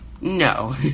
No